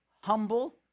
humble